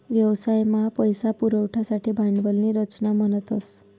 व्यवसाय मा पैसा पुरवासाठे भांडवल नी रचना म्हणतस